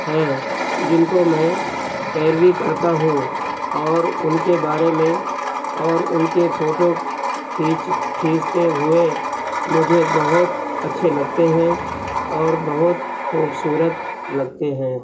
ہیں جن کو میں پیروی کرتا ہوں اور ان کے بارے میں اور ان کے فوٹو کھینچ کھینچتے ہوئے مجھے بہت اچھے لگتے ہیں اور بہت خوبصورت لگتے ہیں